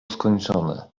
skończone